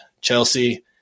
Chelsea